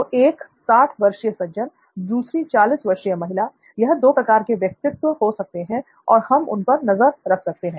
तो एक 60 वर्षीय सज्जन दूसरी 40 वर्षीय महिला यह दो प्रकार के व्यक्तित्व हो सकते हैं और हम उन पर नजर रख सकते हैं